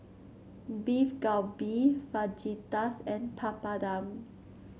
Beef Galbi Fajitas and Papadum